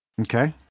Okay